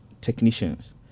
technicians